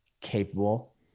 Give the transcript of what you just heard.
capable